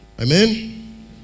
Amen